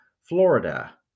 Florida